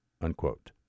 unquote